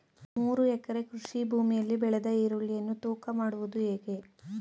ಮೂರು ಎಕರೆ ಕೃಷಿ ಭೂಮಿಯಲ್ಲಿ ಬೆಳೆದ ಈರುಳ್ಳಿಯನ್ನು ತೂಕ ಮಾಡುವುದು ಹೇಗೆ?